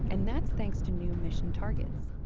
and that's thanks to new mission targets.